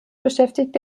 beschäftigt